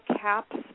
caps